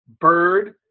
Bird